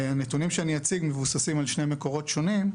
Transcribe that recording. הנתונים שאני אציג מבוססים על שני מקורות שונים,